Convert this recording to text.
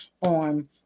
on